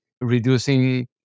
Reducing